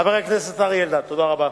חבר הכנסת אריה אלדד, תודה רבה.